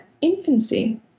Infancy